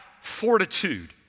fortitude